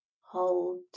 hold